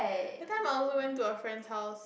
that time I also went to a friend's house